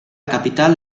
capital